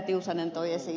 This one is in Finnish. tiusanen toi esiin